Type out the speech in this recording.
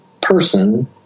person